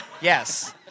Yes